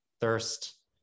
thirst